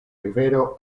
rivero